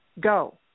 go